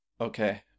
Okay